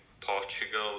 Portugal